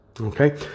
Okay